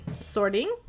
sorting